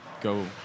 go